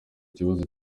kibazo